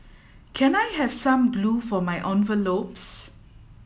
can I have some glue for my envelopes